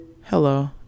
Hello